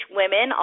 women